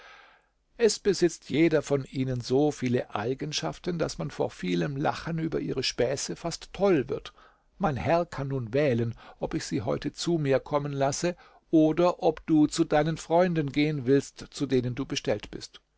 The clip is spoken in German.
es besitzt jeder von ihnen so viele eigenschaften daß man vor vielem lachen über ihre späße fast toll wird mein herr kann nun wählen ob ich sie heute zu mir kommen lasse oder ob du zu deinen freunden gehen willst zu denen du bestellt bist